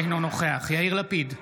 אינו נוכח יאיר לפיד,